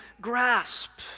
grasp